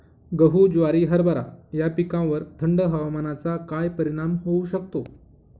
गहू, ज्वारी, हरभरा या पिकांवर थंड हवामानाचा काय परिणाम होऊ शकतो?